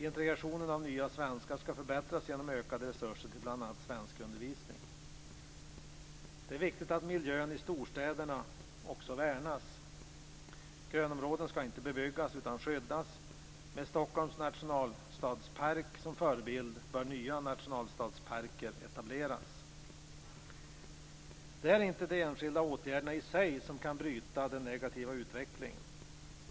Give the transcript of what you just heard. Integrationen av nya svenskar skall förbättras genom ökade resurser till bl.a. svenskundervisning. Det är också viktigt att miljön i storstäderna värnas. Grönområden skall inte bebyggas utan skyddas. Med Stockholms nationalstadspark som förebild bör nya nationalstadsparker etableras. Det är inte de enskilda åtgärderna i sig som kan bryta den negativa utvecklingen.